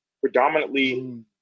Predominantly